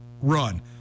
run